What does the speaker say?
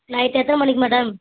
night எத்தனை மணிக்கு madam